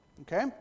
Okay